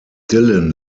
dylan